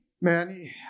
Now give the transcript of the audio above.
man